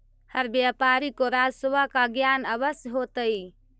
हर व्यापारी को राजस्व का ज्ञान अवश्य होतई